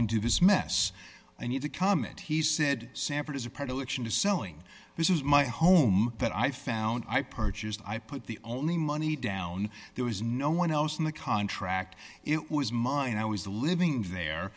into his mess i need to comment he said sanford is a predilection to selling this is my home but i found i purchased i put the only money down there was no one else in the contract it was mine i was the living there